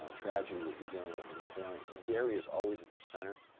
um tragedy that you're dealing with in your family, dairy is always at the center,